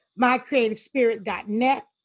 MyCreativeSpirit.net